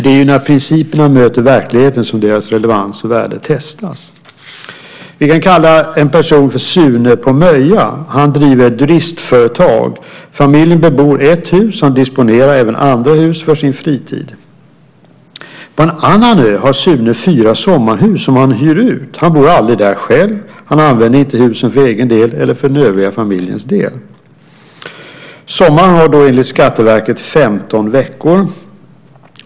Det är ju när principerna möter verkligheten som deras relevans och värde testas. Vi kan ta Sune på Möja som exempel. Han driver ett turistföretag. Familjen bebor ett hus. Han disponerar även andra hus för sin fritid. På en annan ö har Sune fyra sommarhus som han hyr ut. Han bor aldrig där själv. Han använder inte husen för egen eller den övriga familjens del. Sommaren har, enligt Skatteverket, 15 veckor.